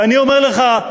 ואני אומר לך,